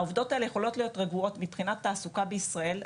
העובדות האלה יכולות להיות רגועות מבחינת תעסוקה בישראל.